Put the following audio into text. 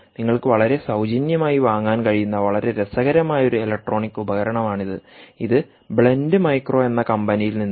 നിങ്ങൾക്ക് വളരെ സൌജന്യമായി വാങ്ങാൻ കഴിയുന്ന വളരെ രസകരമായ ഒരു ഇലക്ട്രോണിക് ഉപകരണമാണിത് ഇത് ബ്ലെൻഡ് മൈക്രോ എന്ന കമ്പനിയിൽ നിന്നാണ്